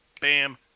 Bam